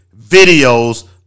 videos